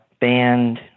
band